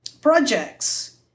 projects